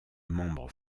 membre